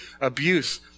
abuse